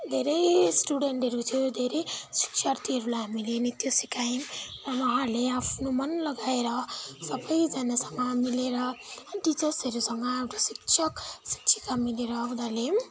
धेरै स्टुडेन्टहरू थियो धेरै शिक्षार्थीहरूलाई हामीले नृत्य सिकायौँ उहाँहरूले आफ्नो मन लगाएर सबैजनासँग मिलेर टिचर्सहरूसँग एउटा शिक्षक शिक्षिका मिलेर उनीहरूले